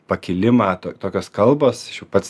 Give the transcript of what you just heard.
pakilimą tokios kalbos aš jau pats